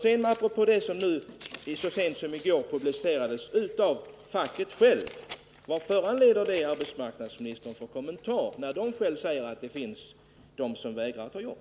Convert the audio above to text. Sedan apropå det som så sent som i går publicerades av facket självt: Vilken kommentar föranleder det arbetsmarknadsministern att göra när facket säger att det finns de som vägrar att ta jobb?